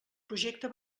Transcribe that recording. projecte